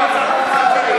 עדיין נצטרך להעלות את המסים,